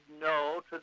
no